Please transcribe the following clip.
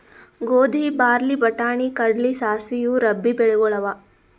ಗೋಧಿ, ಬಾರ್ಲಿ, ಬಟಾಣಿ, ಕಡ್ಲಿ, ಸಾಸ್ವಿ ಇವು ರಬ್ಬೀ ಬೆಳಿಗೊಳ್ ಅವಾ